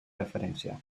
referència